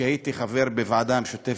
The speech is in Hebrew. כשהייתי חבר בוועדה המשותפת,